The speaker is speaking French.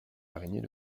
araignées